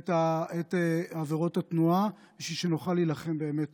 את עבירות התנועה, בשביל שנוכל להילחם באמת